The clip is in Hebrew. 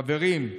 חברים,